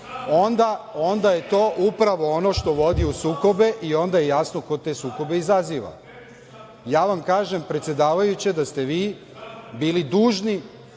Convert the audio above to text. onda je to upravo ono što vodi u sukobe i onda je jasno ko te sukobe izaziva. Ja vam kažem, predsedavajuća, da ste vi bili dužni